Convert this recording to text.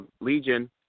Legion